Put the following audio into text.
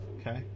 Okay